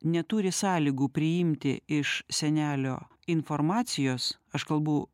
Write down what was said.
neturi sąlygų priimti iš senelio informacijos aš kalbu